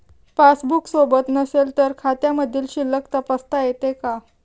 Passbook सोबत नसेल तर खात्यामधील शिल्लक तपासता येते का?